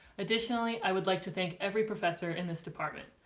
additionally i would like to thank every professor in this department.